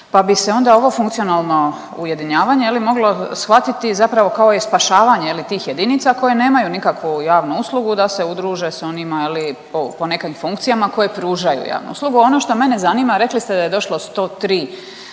pa bi se onda ovo funkcionalno ujedinjavanje je li moglo shvatiti zapravo kao i spašavanje je li tih jedinica koje nemaju nikakvu javnu uslugu da se udruže s onima je li po, po nekim funkcijama koje pružaju javnu uslugu. A ono što mene zanima, rekli ste da je došlo 103